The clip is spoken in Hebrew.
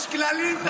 יש כללים.